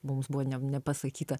mums buvo nepasakyta